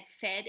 fed